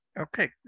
Okay